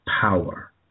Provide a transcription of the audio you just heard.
power